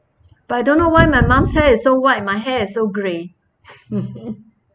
but I don't know why my mum's hair so white my hair is so grey